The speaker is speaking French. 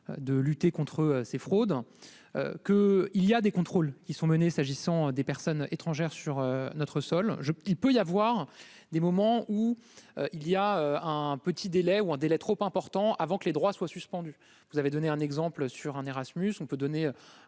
de lutter contre ces fraudes que il y a des contrôles qui sont menées, s'agissant des personnes étrangères sur notre sol je, il peut y avoir des moments où il y a un petit délai ou un délai trop important, avant que les droits soient suspendus, vous avez donné un exemple sur un Erasmus,